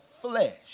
flesh